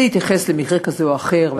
בלי להתייחס למקרה כזה או אחר,